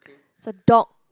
it's a dog